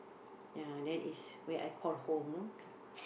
ya that is where I call home know